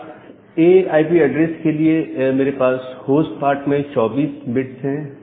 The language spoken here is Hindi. क्लास A आईपी एड्रेस के लिए मेरे पास होस्ट पार्ट में 24 बिट है